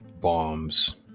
bombs